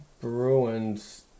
Bruins